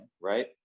right